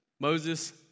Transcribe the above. Moses